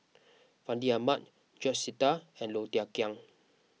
Fandi Ahmad George Sita and Low Thia Khiang